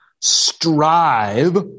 strive